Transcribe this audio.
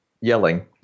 yelling